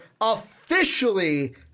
officially